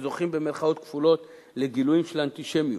ו"זוכים" לגילויים של אנטישמיות.